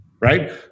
right